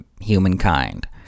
humankind